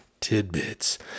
Tidbits